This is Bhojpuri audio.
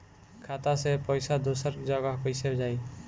खाता से पैसा दूसर जगह कईसे जाई?